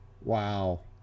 Wow